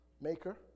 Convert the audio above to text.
maker